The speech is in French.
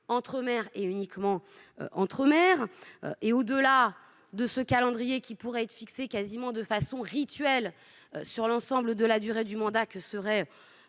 entre maires, et uniquement entre maires. Au-delà de ce calendrier qui pourrait être fixé de façon quasi rituelle sur l'ensemble de la durée du mandat, nous